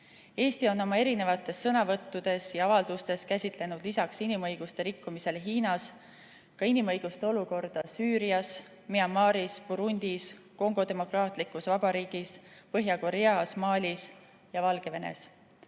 Eesti on oma sõnavõttudes ja avaldustes käsitlenud lisaks inimõiguste rikkumisele Hiinas ka inimõiguste olukorda Süürias, Myanmaris, Burundis, Kongo Demokraatlikus Vabariigis, Põhja-Koreas, Malis ja Valgevenes.